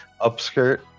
upskirt